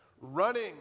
running